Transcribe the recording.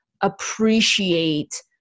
appreciate